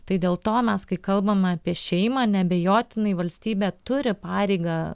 tai dėl to mes kai kalbama apie šeimą neabejotinai valstybė turi pareigą